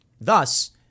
Thus